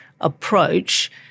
approach